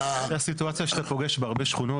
זו סיטואציה שאתה פוגש בהרבה בנייני דירות,